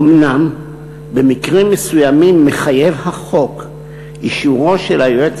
אומנם במקרים מסוימים מחייב החוק אישורו של היועץ